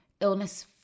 illness